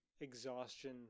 exhaustion